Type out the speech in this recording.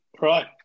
Right